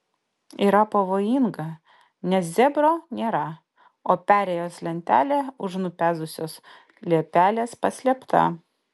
yra pavojinga nes zebro nėra o perėjos lentelė už nupezusios liepelės paslėpta